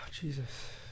Jesus